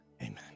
Amen